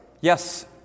Yes